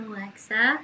Alexa